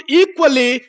equally